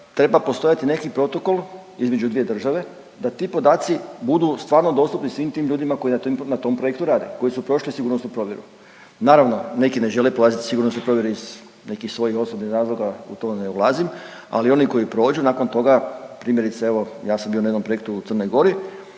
treba postojati neki protokol između dvije države da ti podaci budu stvarno dostupni svim tim ljudima koji na tom, na tom projektu rade, koji su prošli sigurnosnu provjeru. Naravno, neki ne žele prolazit sigurnosnu provjeru iz nekih svojih osobnih razloga, u to ne ulazim, ali oni koji prođu nakon toga primjerice evo ja sam bio na jednom projektu u Crnoj Gori,